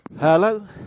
Hello